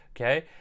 Okay